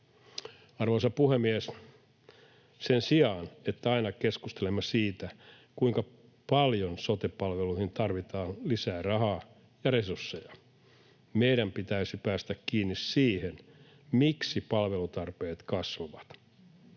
Arvoisa puhemies! Sen sijaan, että aina keskustelemme siitä, kuinka paljon sote-palveluihin tarvitaan lisää rahaa ja resursseja, meidän pitäisi päästä kiinni siihen, miksi palvelutarpeet kasvavat.